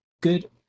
Good